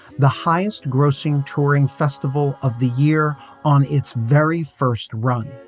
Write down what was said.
the highest grossing touring festival of the year on its very first run.